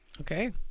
Okay